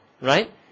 Right